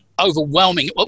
overwhelming